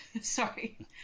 Sorry